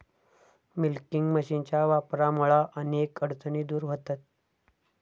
milking मशीनच्या वापरामुळा अनेक अडचणी दूर व्हतहत